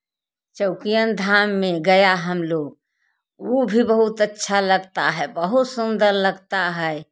चौकियन धाम में गया हम लोग वह भी बहुत अच्छा लगता है बहुत सुंदर लगता है